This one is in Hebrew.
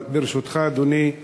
אבל ברשותך, אדוני,